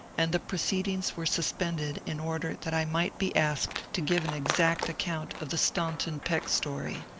and the proceedings were suspended in order that i might be asked to give an exact account of the staunton-peck story.